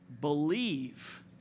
believe